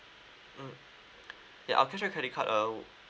mm ya our cashback credit card uh